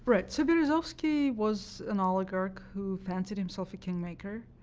right. so berezovsky was an oligarch who fancied himself a kingmaker.